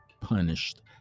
punished